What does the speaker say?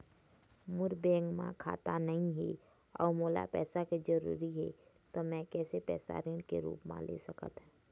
मोर bank म खाता नई हे अउ मोला पैसा के जरूरी हे त मे कैसे पैसा ऋण के रूप म ले सकत हो?